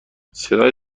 صدای